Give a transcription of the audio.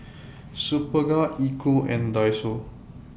Superga Equal and Daiso